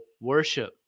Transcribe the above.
worship